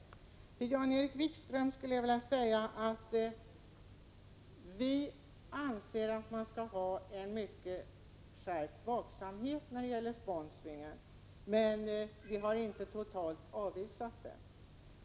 Till Jan-Erik Wikström skulle jag vilja säga att vi anser att man skall ha en mycket skärpt vaksamhet när det gäller sponsringen. Men vi har inte totalt avvisat den.